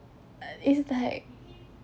uh it's like